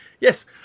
Yes